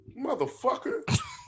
motherfucker